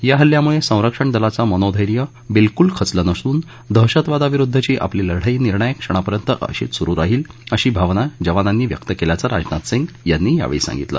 या हल्ल्यामुळं संरक्षण दलाचं मनोधैर्य बिलकूल खचलं नसून दहशतवादविरुद्धची आपली लढाई निर्णायक क्षणापर्यंत अशीच सुरु राहील अशी भावना जवानांनी व्यक्त केल्याचं राजनाथ सिंग यांनी यावेळी सांगितलं